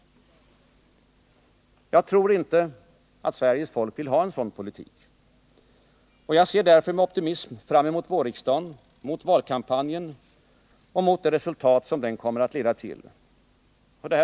Jag tror inte att Sveriges folk vill ha en sådan politik. Jag ser därför med optimism fram emot vårriksdagen, mot valkampanjen och mot det resultat som den kommer att leda till.